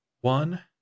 one